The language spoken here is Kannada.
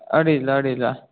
ಅಡ್ಡಿಲ್ಲ ಅಡ್ಡಿಲ್ಲ